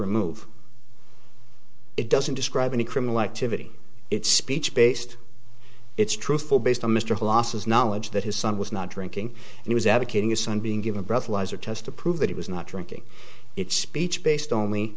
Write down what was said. remove it doesn't describe any criminal activity it's speech based it's truthful based on mr loss knowledge that his son was not drinking and was advocating a son being given breathalyzer test to prove that he was not drinking it's speech based on